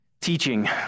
teaching